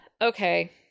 Okay